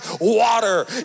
water